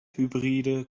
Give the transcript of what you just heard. hybride